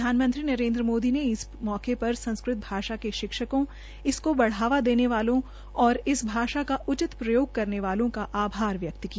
प्रधानमंत्री नरेन्द्र मोदी ने इस मौके पर संस्कृत भाषा के शिक्षकों इसको बढ़ावा देने वालों व इस भाषा का उचित प्रयोग करने वालों का आभार व्यक्त किया